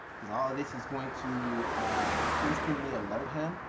cause all this is going to instantly alert him,